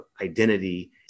identity